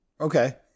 Okay